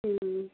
ம்